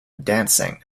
dancing